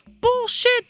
Bullshit